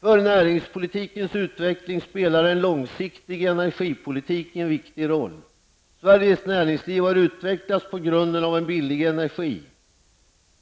För näringslivets utveckling spelar en långsiktig energipolitik en viktig roll. Sveriges näringsliv har utvecklats på grundval av en billig energi.